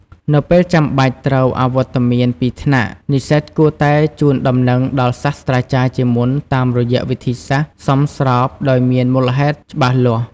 នៅពេលចាំបាច់ត្រូវអវត្តមានពីថ្នាក់ និស្សិតគួរតែជូនដំណឹងដល់សាស្រ្តាចារ្យជាមុនតាមរយៈវិធីសាស្រ្តសមស្របដោយមានមូលហេតុច្បាស់លាស់។